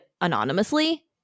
anonymously